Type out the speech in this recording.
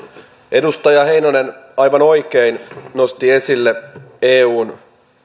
edustaja heinonen aivan oikein nosti esille eun